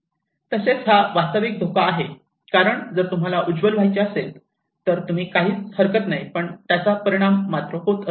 तसेच हा वास्तविक धोका आहे कारण जर तुम्हाला उज्ज्वल व्हायचे असेल तर तुम्ही काहीच हरकत नाही पण त्याचा परिणाम आहे